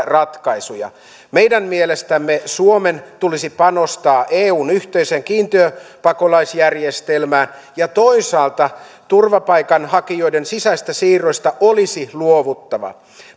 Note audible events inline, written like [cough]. [unintelligible] ratkaisuja meidän mielestämme suomen tulisi panostaa eun yhteiseen kiintiöpakolaisjärjestelmään ja toisaalta turvapaikanhakijoiden sisäisistä siirroista olisi luovuttava